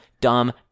dumb